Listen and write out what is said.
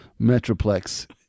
Metroplex